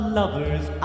lover's